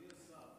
אדוני השר,